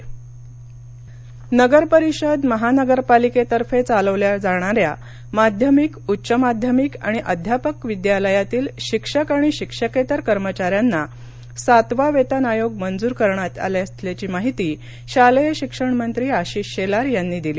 सातवा वेतन आयोग नगरपरिषद महानगरपालिकेमार्फत चालविल्या जाणाऱ्या माध्यमिक उच्च माध्यमिक आणि अध्यापक विद्यालयातील शिक्षक आणि शिक्षकेतर कर्मचाऱ्यांना सातवा वेतन आयोग मंजर करण्यात आला असल्याची माहिती शालेय शिक्षणमंत्री आशिष शेलार यांनी दिली